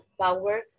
power